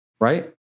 Right